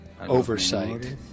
oversight